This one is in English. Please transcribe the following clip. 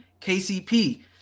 kcp